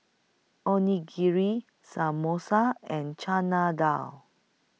Onigiri Samosa and Chana Dal